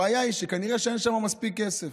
הבעיה היא כנראה שאין שם מספיק כסף,